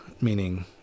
meaning